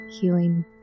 healing